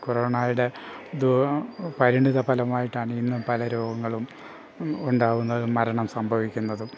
കൊറോണയുടെ പരിണിത ഫലമായിട്ടാണ് ഇന്ന് പല രോഗങ്ങളും ഉണ്ടാകുന്നതും മരണം സംഭവിക്കുന്നതും